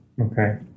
okay